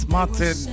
Martin